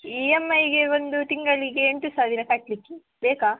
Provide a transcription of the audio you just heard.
E ಎಮ್ ಐಗೆ ಒಂದು ತಿಂಗಳಿಗೆ ಎಂಟು ಸಾವಿರ ಕಟ್ಟಲಿಕ್ಕೆ ಬೇಕಾ